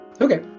Okay